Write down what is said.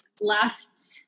last